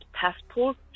passport